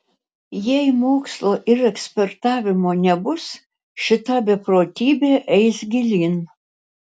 jei mokslo ir ekspertavimo nebus šita beprotybė eis gilyn